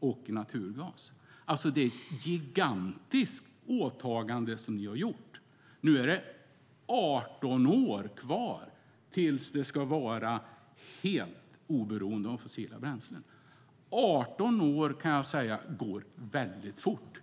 och naturgas. Ni har gjort ett gigantiskt åtagande. Nu är det 18 år kvar tills fordonsflottan ska vara helt oberoende av fossila bränslen. 18 år går fort.